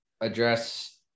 address